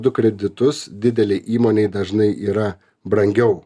du kreditus didelei įmonei dažnai yra brangiau